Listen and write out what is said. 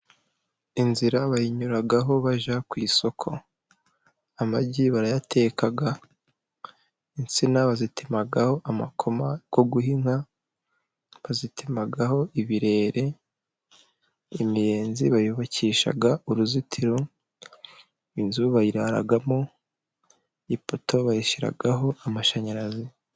Inzira bayinyuraho bajya ku isoko, amagi barayateka, insina bazitemaho amakoma yo guha inka, bazitemaho ibirere, imiyenzi bayubakisha uruzitiro, inzu bayiraramo, ipoto bayishyiraho amashanyarazi.